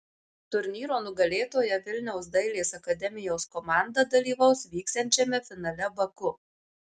turnyro nugalėtoja vilniaus dailės akademijos komanda dalyvaus vyksiančiame finale baku